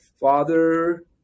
father